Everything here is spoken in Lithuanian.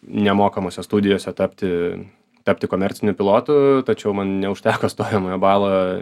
nemokamose studijose tapti tapti komerciniu pilotu tačiau man neužteko stojamojo balo